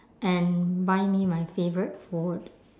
and buy me my favourite food